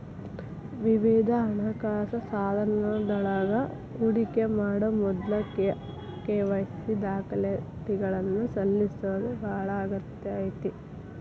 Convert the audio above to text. ವಿವಿಧ ಹಣಕಾಸ ಸಾಧನಗಳೊಳಗ ಹೂಡಿಕಿ ಮಾಡೊ ಮೊದ್ಲ ಕೆ.ವಾಯ್.ಸಿ ದಾಖಲಾತಿಗಳನ್ನ ಸಲ್ಲಿಸೋದ ಬಾಳ ಅಗತ್ಯ ಐತಿ